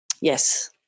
Yes